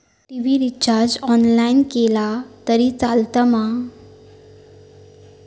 TV recharge online केला तरी चलात मा?